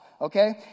Okay